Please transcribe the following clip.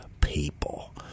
people